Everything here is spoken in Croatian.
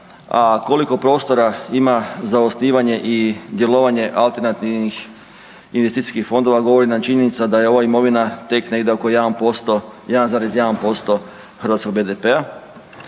a koliko prostora ima za osnivanje i djelovanje alternativnih investicijskih fondova govori nam činjenica da je ova imovina tek negdje oko 1,1% hrvatskog BDP-a,